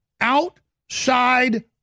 outside